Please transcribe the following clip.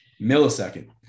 Millisecond